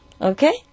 Okay